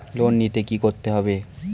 Loan নিতে কী করতে হবে?